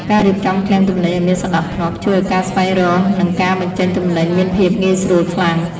ការរៀបចំឃ្លាំងទំនិញឱ្យមានសណ្តាប់ធ្នាប់ ជួយឱ្យការស្វែងរកនិងការបញ្ចេញទំនិញមានភាពងាយស្រួលខ្លាំង។